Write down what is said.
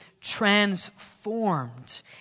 transformed